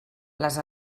les